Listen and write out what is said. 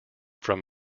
from